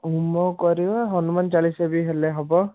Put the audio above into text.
ହୋମ କରିବା ହନୁମାନ ଚାଳିଶା ବି ହେଲେ ହେବ